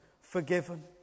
forgiven